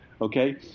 okay